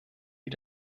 wie